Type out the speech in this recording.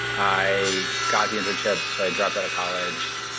i got the internship, so i dropped out of college.